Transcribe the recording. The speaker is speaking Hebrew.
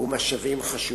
ומשאבים חשובים,